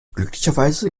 glücklicherweise